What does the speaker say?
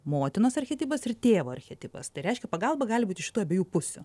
motinos archetipas ir tėvo archetipas tai reiškia pagalba gali būti šitų abiejų pusių